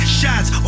shots